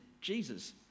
Jesus